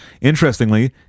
interestingly